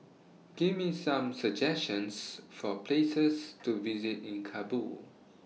Give Me Some suggestions For Places to visit in Kabul